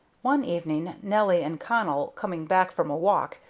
one evening nelly and connell, coming back from a walk,